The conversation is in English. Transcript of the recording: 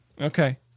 okay